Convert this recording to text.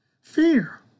Fear